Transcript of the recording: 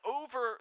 over